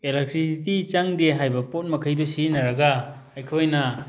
electricity ꯆꯪꯗꯦ ꯍꯥꯏꯕ ꯄꯣꯠ ꯃꯈꯩꯗꯨ ꯁꯤꯖꯤꯟꯅꯔꯒ ꯑꯩꯈꯣꯏꯅ